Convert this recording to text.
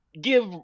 give